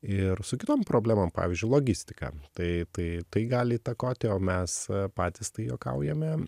ir su kitom problemom pavyzdžiui logistika tai tai tai gali įtakoti o mes patys tai juokaujame